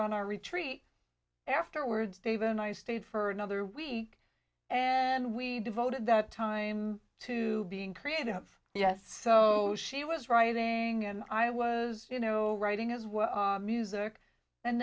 on our retreat afterwards dave and i stayed for another week and we devoted that time to being creative yes so she was writing and i was you know writing as well music and